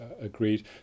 agreed